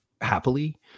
happily